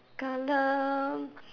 colour